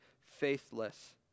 faithless